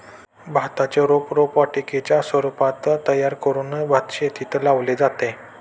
भाताचे रोप रोपवाटिकेच्या स्वरूपात तयार करून भातशेतीत लावले जाते